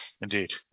Indeed